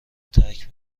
ترک